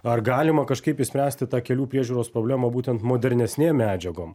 ar galima kažkaip išspręsti tą kelių priežiūros problemą būtent modernesnėm medžiagom